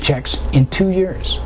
checks in two years